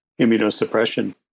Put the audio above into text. immunosuppression